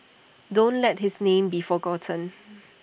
don't let his name be forgotten